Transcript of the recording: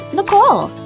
Nicole